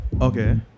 Okay